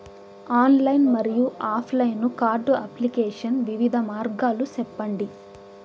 Online మరియు offline card application వివిధ మార్గాలు సెప్పండి?